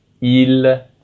il